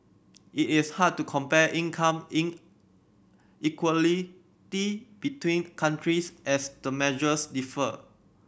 it is hard to compare income inequality between countries as the measures differ